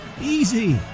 Easy